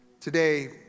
Today